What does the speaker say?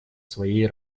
своей